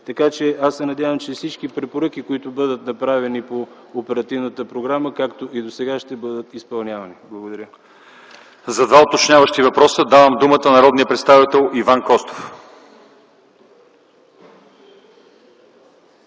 Така че аз се надявам, че всички препоръки, които бъдат направени по оперативната програма, както и досега, ще бъдат изпълнявани. Благодаря. ПРЕДСЕДАТЕЛ ЛЪЧЕЗАР ИВАНОВ: За два уточняващи въпроса давам думата на народния представител Иван Костов.